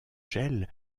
gel